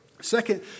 Second